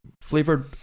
flavored